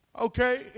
Okay